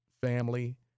family